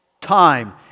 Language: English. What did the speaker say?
time